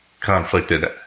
conflicted